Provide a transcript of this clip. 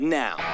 now